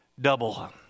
double